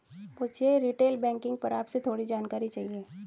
मुझे retail banking पर आपसे थोड़ी जानकारी चाहिए